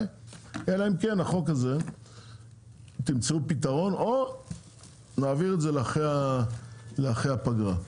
אלא אם כן תמצאו פתרון או נעביר את זה לאחרי הפגרה.